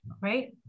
right